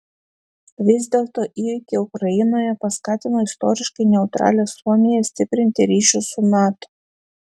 vis dėlto įvykiai ukrainoje paskatino istoriškai neutralią suomiją stiprinti ryšius su nato